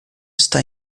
está